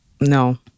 No